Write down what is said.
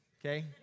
okay